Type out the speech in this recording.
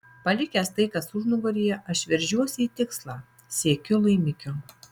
palikęs tai kas užnugaryje aš veržiuosi į tikslą siekiu laimikio